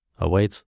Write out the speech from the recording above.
awaits